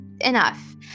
enough